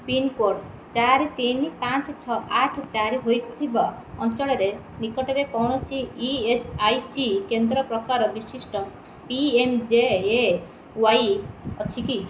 pincode ଚାରି ତିନି ପାଞ୍ଚ ଛଅ ଆଠ ଚାରି ହେଇଥିବା ଅଞ୍ଚଳର ନିକଟରେ କୌଣସି ଇ ଏସ୍ ଆଇ ସି କେନ୍ଦ୍ର ପ୍ରକାର ବିଶିଷ୍ଟ P M J A Y ଅଛି କି